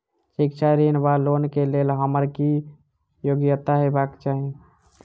शिक्षा ऋण वा लोन केँ लेल हम्मर की योग्यता हेबाक चाहि?